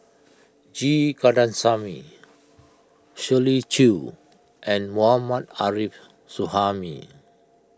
G Kandasamy Shirley Chew and Mohammad Arif Suhaimi